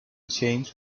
change